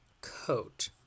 coat